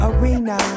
Arena